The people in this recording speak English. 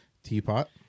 Teapot